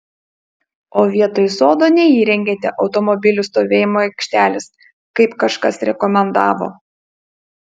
o vietoj sodo neįrengėte automobilių stovėjimo aikštelės kaip kažkas rekomendavo